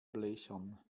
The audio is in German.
blechern